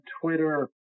Twitter